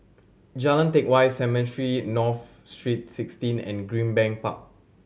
Jalan Teck Whye Cemetry North Street Sixteen and Greenbank Park